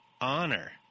honor